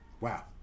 Wow